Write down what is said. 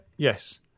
Yes